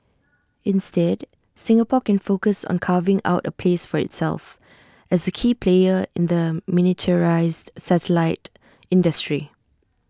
instead Singapore can focus on carving out A place for itself as A key player in the miniaturised satellite industry